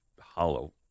hollow